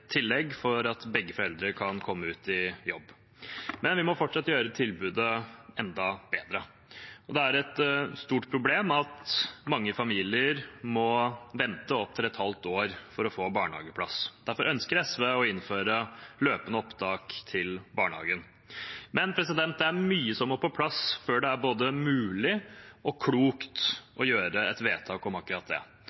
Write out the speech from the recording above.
jobb. Men vi må fortsatt gjøre tilbudet enda bedre, og det er et stort problem at mange familier må vente opptil et halvt år for å få barnehageplass. Derfor ønsker SV å innføre løpende opptak til barnehagen, men det er mye som må på plass før det er både mulig og klokt